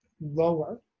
lower